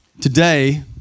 Today